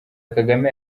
kagame